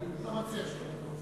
לא מציע שתגיד מספרים.